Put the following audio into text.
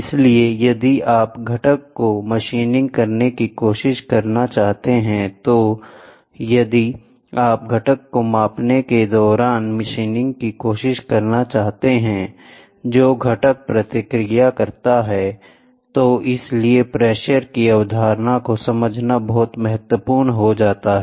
इसलिए यदि आप घटक को मशीनिंग करने की कोशिश करना चाहते हैं या यदि आप घटक को मापने के दौरान मशीनिंग की कोशिश करना चाहते हैं जो घटक प्रतिक्रिया करता है तो इसलिए प्रेशर की अवधारणा को समझना बहुत महत्वपूर्ण है